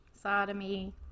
sodomy